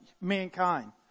mankind